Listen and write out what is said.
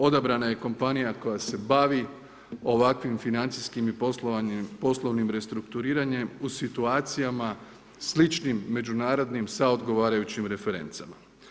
Odabrana je kompanija koja se bavi ovakvim financijskim i poslovnim restrukturiranjem u situacijama sličnim međunarodnim sa odgovarajućim referencama.